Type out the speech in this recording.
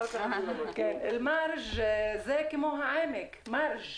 אחר כך --- כן, אל-מרג' זה כמו העמק, מרג'.